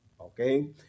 okay